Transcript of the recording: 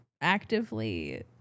actively